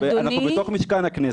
אנחנו בתוך משכן הכנסת --- אדוני.